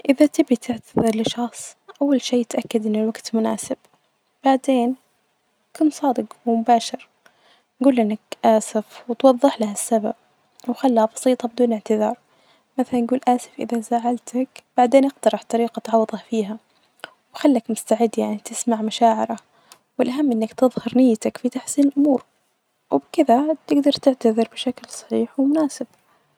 إذا بتبغي تعتذر لشخص أول شئ تأكد أن الوقت مناسب، بعدين كون صادج ومباشر جول أنك آسف وتوظحلة السبب، وخله بسيطة بدون إعتذار مثلا جول آسف إذا زعلتك، بعدين إقترح طريقة توظح فيها وخليك مستعد يعني تسمع مشاعرة والأهم أنك تظهر ليه في تحسين الأمور، وبكده تجدر تعتذر بشكل صريح ومناسب.